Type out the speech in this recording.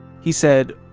he said,